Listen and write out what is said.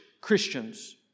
Christians